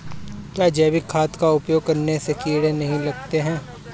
क्या जैविक खाद का उपयोग करने से कीड़े नहीं लगते हैं?